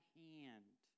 hand